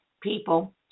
people